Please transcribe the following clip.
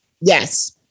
Yes